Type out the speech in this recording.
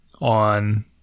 on